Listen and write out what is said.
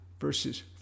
verses